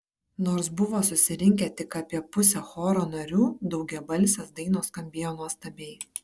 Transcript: nors buvo susirinkę tik apie pusė choro narių daugiabalsės dainos skambėjo nuostabiai